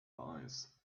eyes